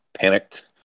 panicked